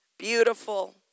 Beautiful